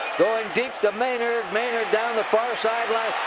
going deep to maynard. maynard down the far sideline.